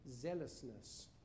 zealousness